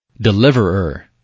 Deliverer